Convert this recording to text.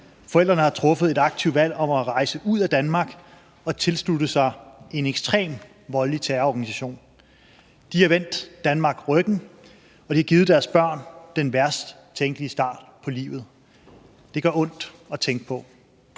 Forældrene har truffet et aktivt valg om at rejse ud af Danmark og tilslutte sig en ekstremt voldelig terrororganisation. De har vendt Danmark ryggen, og de har givet deres børn den værst tænkelige start på livet. Det gør ondt at tænke på.